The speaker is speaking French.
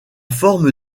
forme